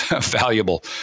valuable